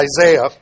Isaiah